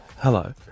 Hello